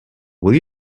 will